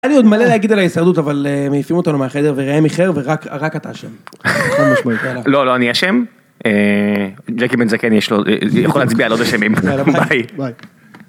הנה לי עוד מלא להגיד על ההישרדות אבל מעיפים אותנו מהחדר וראה מי איחר, ורק ורק אתה אשם. חד-משמעית, יאללה. לא לא אני אשם, ג'קי בן זקן יכול להצביע על עוד אשמים, יאללה ביי. ביי.